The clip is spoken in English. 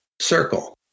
circle